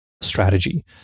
strategy